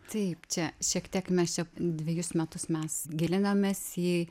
taip čia šiek tiek mes čia dvejus metus mes gilinomės į